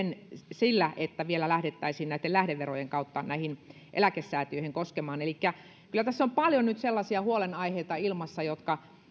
sillä että vielä lähdettäisiin näitten lähdeverojen kautta eläkesäätiöihin koskemaan elikkä kyllä tässä on paljon nyt sellaisia huolenaiheita ilmassa